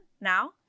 now